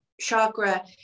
chakra